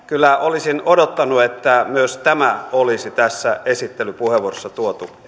kyllä olisin odottanut että myös tämä olisi tässä esittelypuheenvuorossa tuotu